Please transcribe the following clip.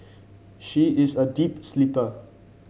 she is a deep sleeper